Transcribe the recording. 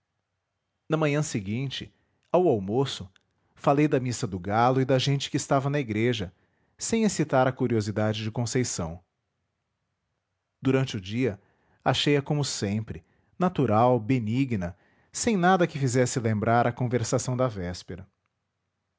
na manhã seguinte ao almoço falei da missa do galo e da gente que estava na igreja sem excitar a curiosidade de conceição durante o dia achei-a como sempre natural benigna sem nada que fizesse lembrar a conversação da véspera